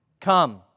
come